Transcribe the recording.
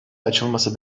açılması